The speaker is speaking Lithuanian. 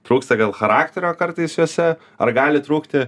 trūksta gal charakterio kartais juose ar gali trūkti